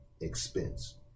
expense